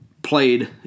Played